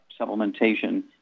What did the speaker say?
supplementation